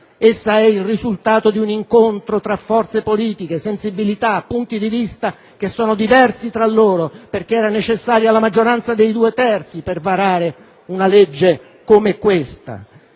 Essa è il risultato di un incontro tra forze politiche, sensibilità e punti di vista diversi tra loro, perché era necessaria la maggioranza dei due terzi per varare una legge come questa.